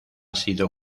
sido